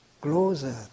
closer